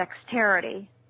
dexterity